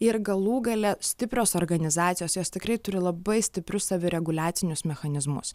ir galų gale stiprios organizacijos jos tikrai turi labai stiprius savireguliacinius mechanizmus